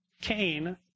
Cain